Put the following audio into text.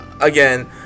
again